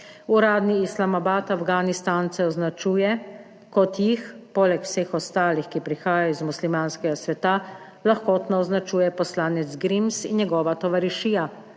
Uradni Islamabad Afganistance označuje, kot jih poleg vseh ostalih, ki prihajajo iz muslimanskega sveta, lahkotno označuje poslanec Grims in njegova tovarišija